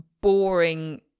boring